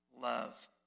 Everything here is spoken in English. love